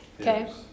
okay